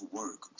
work